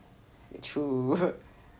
true